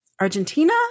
Argentina